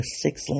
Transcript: six